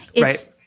Right